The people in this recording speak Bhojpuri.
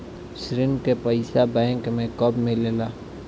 ऋण के पइसा बैंक मे कब मिले ला?